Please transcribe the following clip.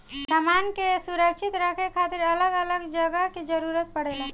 सामान के सुरक्षित रखे खातिर अलग अलग जगह के जरूरत पड़ेला